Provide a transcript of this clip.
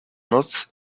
noc